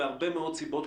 מהרבה מאוד סיבות,